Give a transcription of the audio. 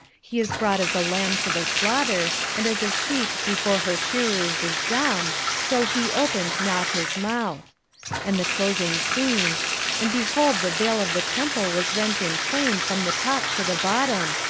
he is brought as a lamb to the slaughter, and as a sheep before her shearers is dumb, so he opened not his mouth and the closing scene and behold the veil of the temple was rent in twain from the top to the bottom,